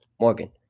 morgan